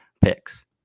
picks